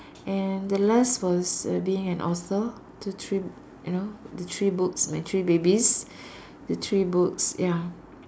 and the last was being an author to three you know to three books my three babies the three books ya